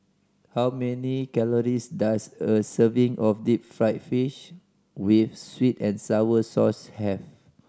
how many calories does a serving of deep fried fish with sweet and sour sauce have